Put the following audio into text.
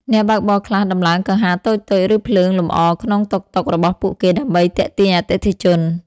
អ្នកបើកបរខ្លះដំឡើងកង្ហារតូចៗ ឬភ្លើងលម្អក្នុងតុកតុករបស់ពួកគេដើម្បីទាក់ទាញអតិថិជន។